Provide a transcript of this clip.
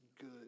good